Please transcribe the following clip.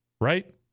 right